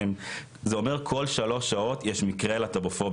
זה אומר שכל שלוש שעות יש מקרה להט"בופובי,